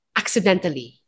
accidentally